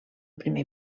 primer